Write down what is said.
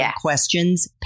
questions